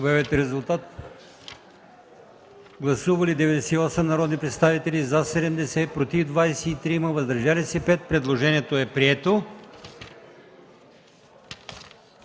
Гласували 153 народни представители: за 44, против 34, въздържали се 75. Предложението не е прието.